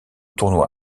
tournoi